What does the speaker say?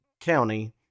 County